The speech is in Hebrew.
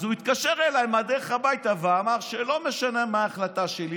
אז הוא התקשר אליי מהדרך הביתה ואמר שלא משנה מה ההחלטה שלי,